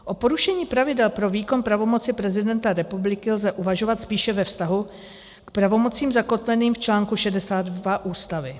O porušení pravidel pro výkon pravomocí prezidenta republiky lze uvažovat spíše ve vztahu k pravomocím zakotveným v článku 62 Ústavy.